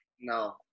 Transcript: No